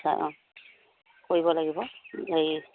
অঁ কৰিব লাগিব হেৰি